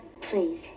please